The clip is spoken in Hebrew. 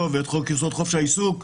ואת חוק-יסוד: חופש העיסוק ב-92',